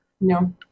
No